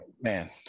man